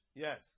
Yes